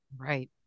Right